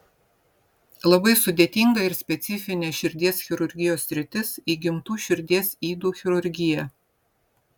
labai sudėtinga ir specifinė širdies chirurgijos sritis įgimtų širdies ydų chirurgija